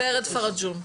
ורד פרג'ון.